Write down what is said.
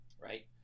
right